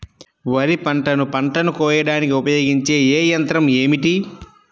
వరిపంటను పంటను కోయడానికి ఉపయోగించే ఏ యంత్రం ఏమిటి?